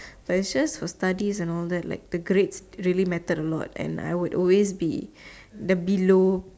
so its just for study and all that for grades it matters really a lot I would always be the below